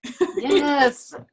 yes